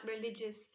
religious